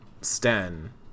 Sten